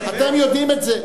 אתם יודעים את זה,